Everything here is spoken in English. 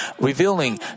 revealing